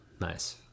Nice